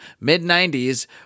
mid-90s